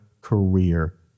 career